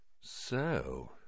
So